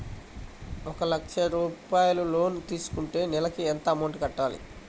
ఒక లక్ష రూపాయిలు లోన్ తీసుకుంటే నెలకి ఎంత అమౌంట్ కట్టాలి?